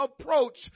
approach